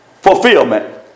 fulfillment